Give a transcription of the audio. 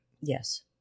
Yes